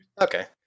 Okay